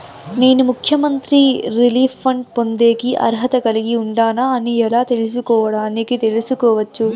నేను ముఖ్యమంత్రి relief fund పొందేకి అర్హత కలిగి ఉండానా అని ఎలా తెలుసుకోవడానికి తెలుసుకోవచ్చు